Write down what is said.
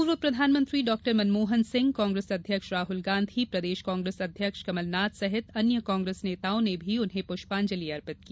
पूर्व प्रधानमंत्री डाक्टर मनमोहन सिंह कांग्रेस अध्यक्ष राहल गांधी प्रदेश कांग्रेस अध्यक्ष कमलनाथ सहित अन्य कांग्रेस नेताओं ने भी उन्हें पृष्पांजलि अर्पित की